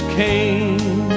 came